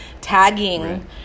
tagging